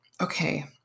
okay